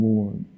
Lord